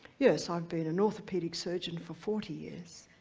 yes, i've been an orthopedic surgeon for forty years.